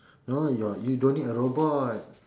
no your you don't need a robot